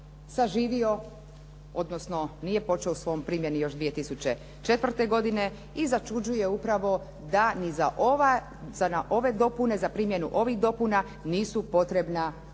saživio, odnosno nije počeo u svojoj primjeni još 2004. godine i začuđuje upravo da za na ove dopune, za primjenu ovih dopuna nisu potrebna sredstva.